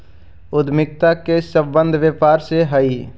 उद्यमिता के संबंध व्यापार से हई